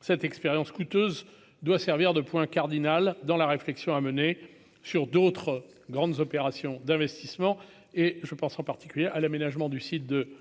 cette expérience coûteuse doit servir de point cardinal dans la réflexion à mener sur d'autres grandes opérations d'investissement et je pense en particulier à l'aménagement du site de Clairvaux